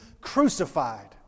crucified